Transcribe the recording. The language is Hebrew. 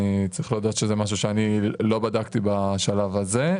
אני צריך להודות שזה משהו שאני לא בדקתי בשלב הזה.